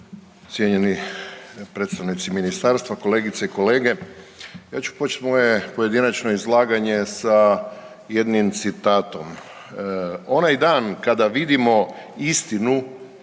cijenjeni predstavnici ministarstva, kolegice i kolege. Ja ću početi moje pojedinačno izlaganje sa jednim citatom. Onaj dan kada vidimo istinu